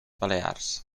balears